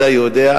שאתה יודע,